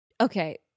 Okay